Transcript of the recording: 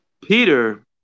Peter